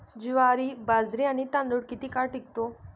ज्वारी, बाजरी आणि तांदूळ किती काळ टिकतो?